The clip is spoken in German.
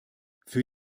für